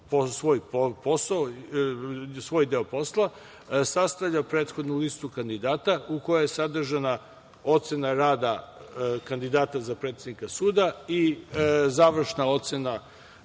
svoj deo posla, sastavlja prethodnu listu kandidata u kojoj je sadržana ocena rada kandidata za predsednika suda i završna ocena